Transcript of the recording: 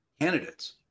candidates